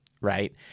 right